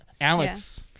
Alex